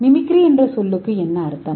mimicry என்ற சொல்லுக்கு என்ன அர்த்தம்